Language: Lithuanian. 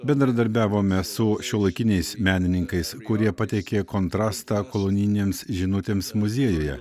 bendradarbiavome su šiuolaikiniais menininkais kurie pateikė kontrastą kolonijinėms žinutėms muziejuje